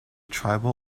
tribal